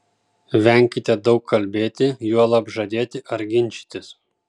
venkite daug kalbėti juolab žadėti ar ginčytis